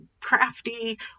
crafty